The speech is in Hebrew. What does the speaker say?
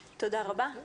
תודה רבה.